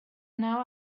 now